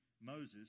Moses